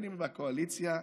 אם מהקואליציה,